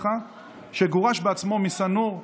שגורש בעצמו משא-נור,